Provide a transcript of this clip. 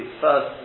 first